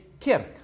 Kirk